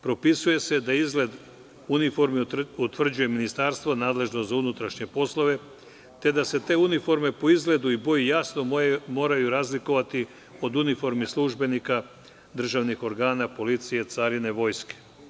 Propisuje se da izgled uniforme utvrđuje ministarstvo nadležno za unutrašnje poslove, te da se te uniforme po izgledu i boji jasno moraju razlikovati od uniformi službenika državnih organa, policije, carine, vojske.